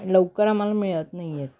लवकर आम्हाला मिळत नाही आहेत